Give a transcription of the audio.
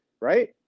right